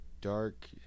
dark